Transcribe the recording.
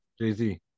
Jay-Z